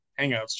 Hangouts